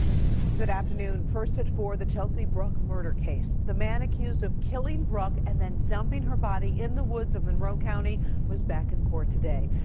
good afternoon! first at four, the chelsea bruck murder case, the man accused of killing bruck and then dumping her body in the woods of monroe county was back in court today.